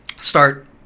start